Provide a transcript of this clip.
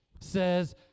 says